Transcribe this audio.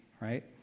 right